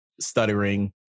stuttering